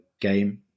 game